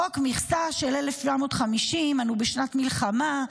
חוק מכסה של 1,750. אנו בשנת מלחמה.